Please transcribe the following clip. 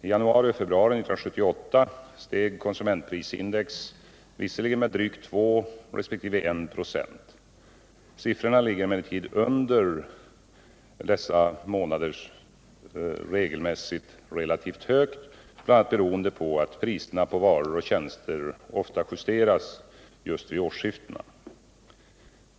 I januari och februari 1978 steg konsumentprisindex visserligen med drygt 2 resp. 1 96. Siffrorna ligger emellertid under dessa månader regelmässigt relativt högt, bl.a. beroende på att dämpa inflationen att priserna på varor och tjänster ofta justeras just vid årsskiftena.